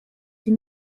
sie